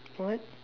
what